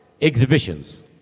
exhibitions